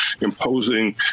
imposing